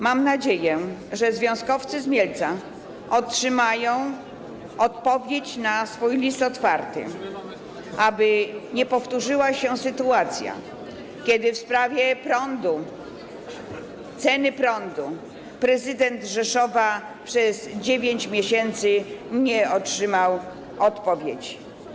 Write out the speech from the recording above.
Mam nadzieję, że związkowcy z Mielca otrzymają odpowiedź na swój list otwarty, aby nie powtórzyła się sytuacja, kiedy w sprawie ceny prądu prezydent Rzeszowa przez 9 miesięcy nie otrzymał odpowiedzi.